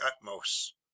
utmost